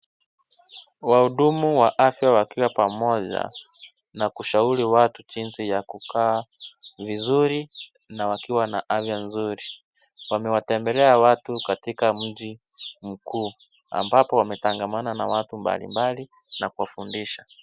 Wahudumu wa afya wakiwa pamoja, na kushauri watu jinsi ya kukaa vizuri na wakiwa na afya nzuri. Wamewatembelea watu katika mji mkuu. Ambapo wametangamana na watu mbalimbali na kuwafundisha.